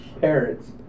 parents